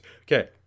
Okay